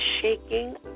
shaking